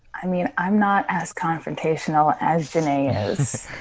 i mean, i'm not as confrontational as janay is.